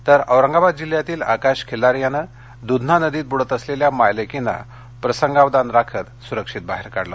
तर औरंगाबाद जिल्ह्यातील आकाश खिलारे याने दुधना नदीत बुडत असलेल्या मायलेकीना प्रसंगावधान राखत सुरक्षित बाहेर काढले